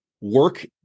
Work